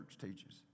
teaches